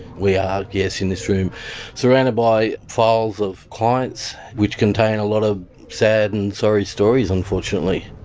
we are, yes, in this room surrounded by files of clients which contain a lot of sad and sorry stories unfortunately.